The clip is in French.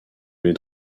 les